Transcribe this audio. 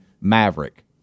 Maverick